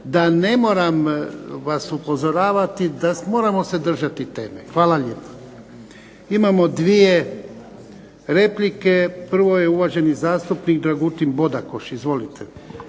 da ne moram vas upozoravati, moramo se držati teme. Hvala lijepa. Imamo dvije replike. Prvo je uvaženi zastupnik Dragutin Bodakoš. Izvolite.